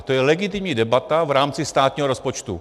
To je legitimní debata v rámci státního rozpočtu.